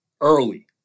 early